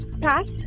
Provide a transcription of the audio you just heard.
Pass